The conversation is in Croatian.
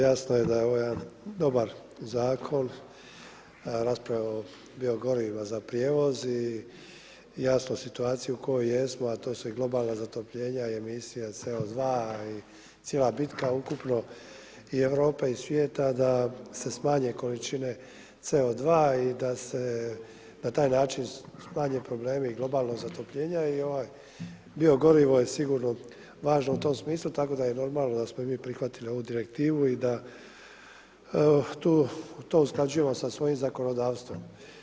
Jasno je da je ovo jedan dobar zakon, rasprava o bio goriva za prijevoz i jasno situacija u kojoj jesu, a to su globalna zatopljenja i emisija CO2 i cijela bitka ukupno i Europa i svijeta, da se smanje količine CO2 i da se na taj način smanje problemi globalnog zatopljenja i bio gorivo je sigurno važno u tom smislu, tako da je normalno da smo mi prihvatili ovu direktivu i da to usklađujemo sa svojim zakonodavstvom.